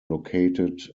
located